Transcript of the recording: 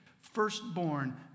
firstborn